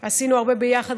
עשינו הרבה ביחד,